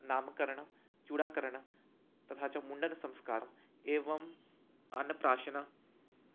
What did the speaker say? नामकरणं चूडाकरणं तथा च मुण्डनसंस्कारः एवम् अन्नप्राशनं